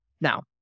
Now